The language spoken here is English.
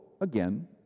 again